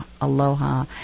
aloha